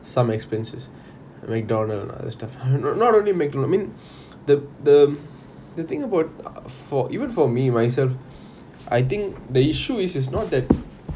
some expenses McDonald's lah that stuff no~ not only McDonald's I mean the the the thing about u~ for even for me myself I think the issue is it's not that